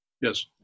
Yes